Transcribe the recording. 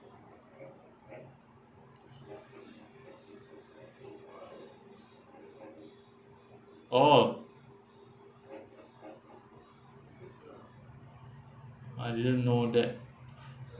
orh I didn't know that